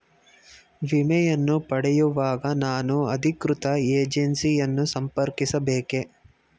ವಿಮೆಯನ್ನು ಪಡೆಯುವಾಗ ನಾನು ಅಧಿಕೃತ ಏಜೆನ್ಸಿ ಯನ್ನು ಸಂಪರ್ಕಿಸ ಬೇಕೇ?